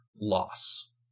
loss